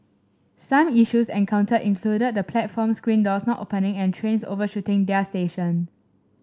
some issues encountered included the platform screen doors not opening and trains overshooting their station